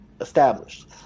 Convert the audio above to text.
established